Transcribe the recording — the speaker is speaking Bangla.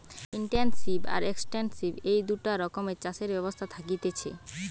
ইনটেনসিভ আর এক্সটেন্সিভ এই দুটা রকমের চাষের ব্যবস্থা থাকতিছে